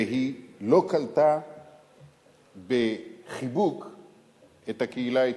והיא לא קלטה בחיבוק את הקהילה האתיופית,